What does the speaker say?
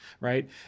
right